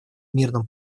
мирном